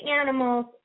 animals –